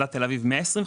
מדד תל אביב 125,